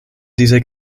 dieser